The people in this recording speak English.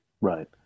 Right